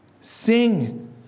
Sing